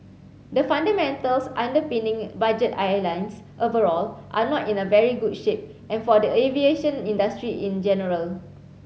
the fundamentals underpinning budget airlines overall are not in a very good shape and for the aviation industry in general